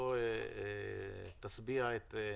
לא תשביע את תיאבונם.